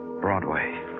Broadway